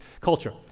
culture